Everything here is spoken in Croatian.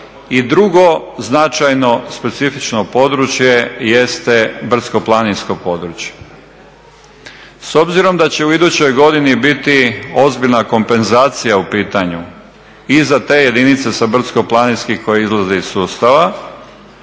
I drugo, značajno specifično područje jeste brdsko-planinsko područje. S obzirom da će u idućoj godini biti ozbiljna kompenzacija u pitanju i za te jedinice sa brdsko-planinskih koje izlaze iz sustava